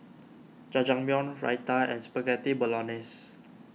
Jajangmyeon Raita and Spaghetti Bolognese